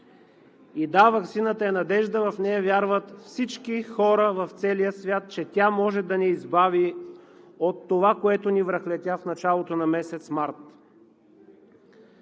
Да ваксината е надежда. В нея вярват всички хора в целия свят, че тя може да ни избави от това, което ни връхлетя в началото на месец март.